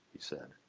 he said.